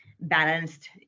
balanced